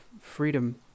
freedom